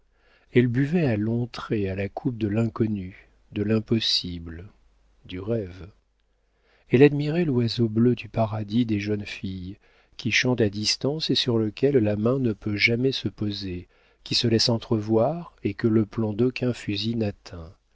elle buvait à longs traits à la coupe de l'inconnu de l'impossible du rêve elle admirait l'oiseau bleu du paradis des jeunes filles qui chante à distance et sur lequel la main ne peut jamais se poser qui se laisse entrevoir et que le plomb d'aucun fusil n'atteint